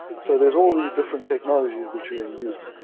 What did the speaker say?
so there's all these different technologies which are in use.